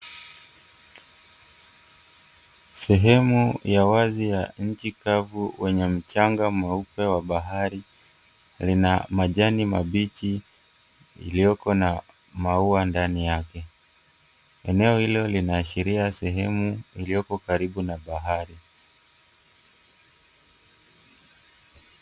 Sehemu ya wazi ya nchi kavu wenye mchanga mweupe wa bahari lina majani mabichi iliyoko na maua ndani yake. Eneo hilo linaashiria sehemu iliyoko karibu na bahari.